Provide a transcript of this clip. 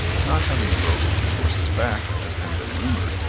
not having broken his horse's back as had been rumoured,